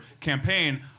campaign